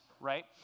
right